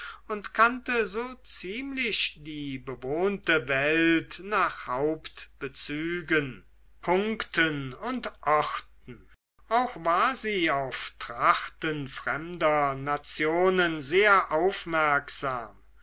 und kannte so ziemlich die bewohnte welt nach hauptbezügen punkten und orten auch war sie auf trachten fremder nationen sehr aufmerksam